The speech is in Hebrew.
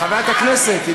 חברת הכנסת.